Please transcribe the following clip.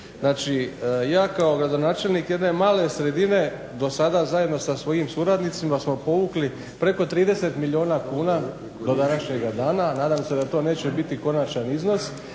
ja kao gradonačelnik jedne male sredine, do sada zajedno sa svojim suradnicima smo povukli preko 30 milijuna kuna do današnjega dana, a nadam se da to neće biti konačan iznos,